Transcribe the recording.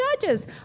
judges